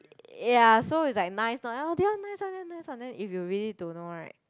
ya so it's like nice lor oh this one nice one this one nice then if you really don't know right